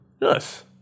Yes